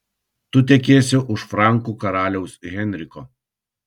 tu tekėsi už frankų karaliaus henriko